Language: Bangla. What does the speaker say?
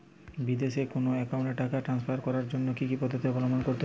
বিদেশের কোনো অ্যাকাউন্টে টাকা ট্রান্সফার করার জন্য কী কী পদ্ধতি অবলম্বন করব?